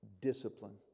discipline